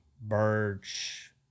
birch